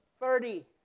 thirty